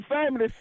family